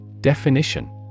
Definition